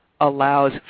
allows